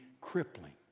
crippling